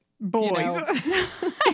boys